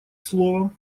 слово